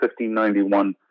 1591